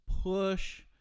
push